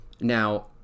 now